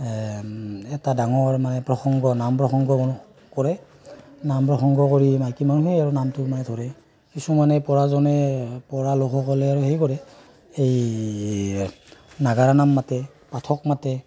এই এটা ডাঙৰ মানে প্ৰসংগ নাম প্ৰসংগ কৰে নাম প্ৰসংগ কৰি মাইকী মানুহেই আৰু নামটো মানে ধৰে কিছুমানে পৰাজনে পৰা লোকসকলে আৰু সেই কৰে এই নাগাৰা নাম মাতে পাঠক মাতে